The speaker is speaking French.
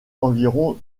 environ